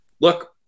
look